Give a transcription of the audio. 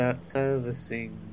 servicing